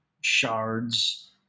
shards